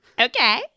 Okay